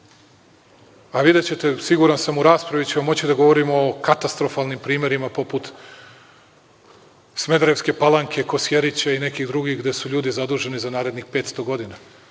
a videćete, siguran sam, u raspravi ćemo moći da govorimo o katastrofalnim primerima poput Smederevske Palanke, Kosjerića i nekih drugih, gde su ljudi zaduženi za narednih 500 godina.